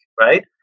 right